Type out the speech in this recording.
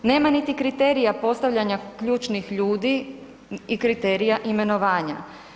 Nema niti kriterija postavljanja ključnih ljudi i kriterija imenovanja.